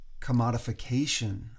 commodification